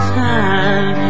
time